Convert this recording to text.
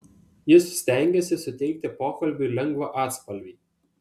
jis stengėsi suteikti pokalbiui lengvą atspalvį